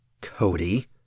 Cody